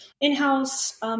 in-house